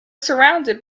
surrounded